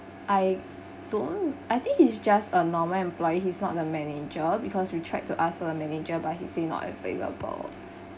I don't I think he's just a normal employee he's not the manager because we tried to ask for the manager but he said not available